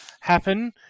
happen